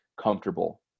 comfortable